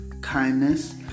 kindness